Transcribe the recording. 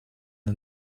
the